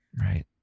Right